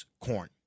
corn